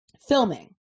filming